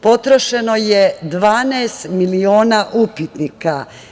Potrošeno je 12 miliona upitnika.